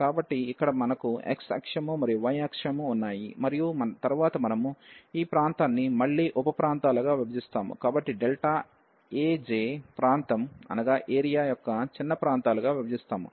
కాబట్టి ఇక్కడ మనకు x అక్షం మరియు y అక్షం ఉన్నాయి మరియు తరువాత మనము ఈ ప్రాంతాన్ని మళ్ళీ ఉప ప్రాంతాలుగా విభజిస్తాము కాబట్టి Aj ప్రాంతం యొక్క చిన్న ప్రాంతాలుగా విభజిస్తాము